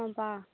ஏன்பா